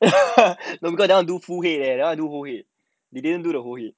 I do full head leh that one I do full head he didn't do the full head